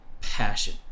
passion